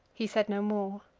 he said no more.